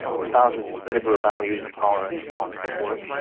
espouses liberal values and tolerance and so on and so forth,